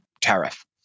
tariff